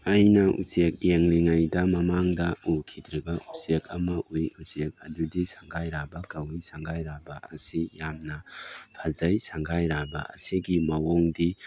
ꯑꯩꯅ ꯎꯆꯦꯛ ꯌꯦꯡꯂꯤꯉꯩꯗ ꯃꯃꯥꯡꯗ ꯎꯈꯤꯗ꯭ꯔꯤꯕ ꯎꯆꯦꯛ ꯑꯃ ꯎꯏ ꯎꯆꯦꯛ ꯑꯗꯨꯗꯤ ꯁꯉꯥꯏꯔꯥꯕ ꯀꯧꯏ ꯁꯉꯥꯏꯔꯥꯕ ꯑꯁꯤ ꯌꯥꯝꯅ ꯐꯖꯩ ꯁꯉꯥꯏꯔꯥꯕ ꯑꯁꯤꯒꯤ ꯃꯑꯣꯡꯗꯤ